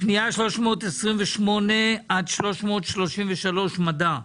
פנייה 328 עד 333, מדע.